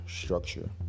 structure